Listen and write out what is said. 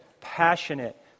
passionate